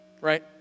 Right